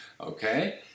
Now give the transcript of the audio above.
okay